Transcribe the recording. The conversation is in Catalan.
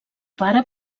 pare